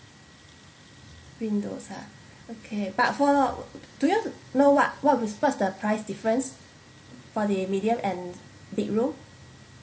windows ah okay but for do you know what what was what's the price difference for the medium and big room